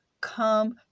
Come